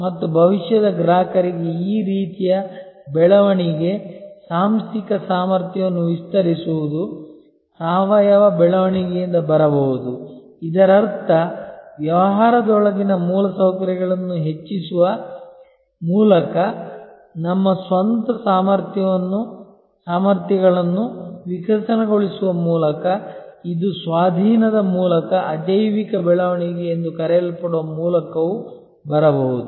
ಮತ್ತು ಭವಿಷ್ಯದ ಗ್ರಾಹಕರಿಗೆ ಈ ರೀತಿಯ ಬೆಳವಣಿಗೆ ಸಾಂಸ್ಥಿಕ ಸಾಮರ್ಥ್ಯವನ್ನು ವಿಸ್ತರಿಸುವುದು ಸಾವಯವ ಬೆಳವಣಿಗೆಯಿಂದ ಬರಬಹುದು ಇದರರ್ಥ ವ್ಯವಹಾರದೊಳಗಿನ ಮೂಲಸೌಕರ್ಯಗಳನ್ನು ಹೆಚ್ಚಿಸುವ ಮೂಲಕ ನಮ್ಮ ಸ್ವಂತ ಸಾಮರ್ಥ್ಯಗಳನ್ನು ವಿಕಸನಗೊಳಿಸುವ ಮೂಲಕ ಇದು ಸ್ವಾಧೀನದ ಮೂಲಕ ಅಜೈವಿಕ ಬೆಳವಣಿಗೆ ಎಂದು ಕರೆಯಲ್ಪಡುವ ಮೂಲಕವೂ ಬರಬಹುದು